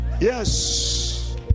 Yes